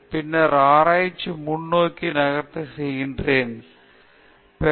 பின்னர் ஆராய்ச்சி முன்னோக்கி நகர்த்த நீங்கள் சில முயற்சிகள் எடுக்க வேண்டும்